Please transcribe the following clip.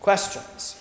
questions